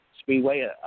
Speedway